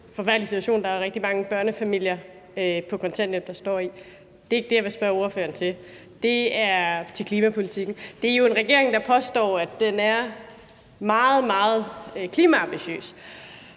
forfærdelige situation, som der er rigtig mange børnefamilier på kontanthjælp, der står i. Det er ikke det, jeg vil spørge ordføreren til; det er til klimapolitikken. Det er jo en regering, der påstår, at den er meget, meget klimaambitiøs